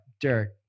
Derek